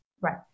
Right